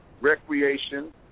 recreation